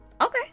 Okay